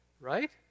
right